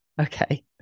Okay